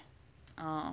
orh